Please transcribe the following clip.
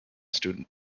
student